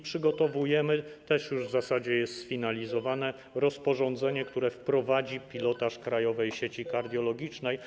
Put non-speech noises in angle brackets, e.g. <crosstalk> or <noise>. Przygotowujemy, <noise> w zasadzie jest już sfinalizowane, rozporządzenie, które wprowadzi pilotaż Krajowej Sieci Kardiologicznej.